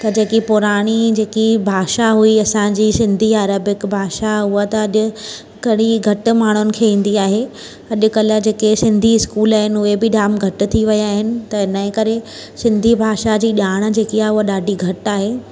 त जेकी पुराणी जेकी भाषा हुई असांजी सिंधी अरेबिक भाषा उहा त अॼु कड़ी घटि माण्हुनि खे ईंदी आहे अॼुकल्ह जेके सिंधी इस्कूल आहिनि उहे बि जामु घटि थी विया आहिनि त इनजे करे सिंधी भाषा जी ॼाण जेकी आहे उहा ॾाढी घटि आहे